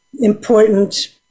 important